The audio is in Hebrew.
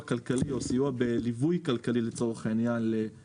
כלכלי או סיוע בליווי כלכלי למשפחות,